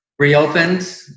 Reopened